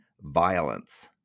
violence